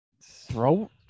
throat